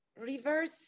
reverse